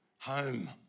home